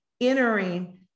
entering